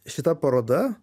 šita paroda